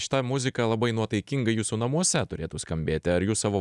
šita muzika labai nuotaikingai jūsų namuose turėtų skambėti ar jūs savo